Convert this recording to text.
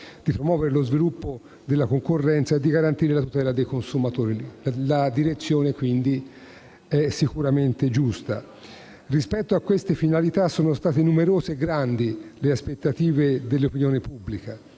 di promuovere lo sviluppo della concorrenza e di garantire la tutela dei consumatori. La direzione, quindi, è sicuramente giusta. Rispetto a queste finalità, sono state numerose e grandi le aspettative dell'opinione pubblica: